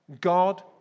God